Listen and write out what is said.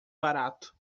barato